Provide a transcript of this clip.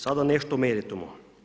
Sada nešto o meritumu.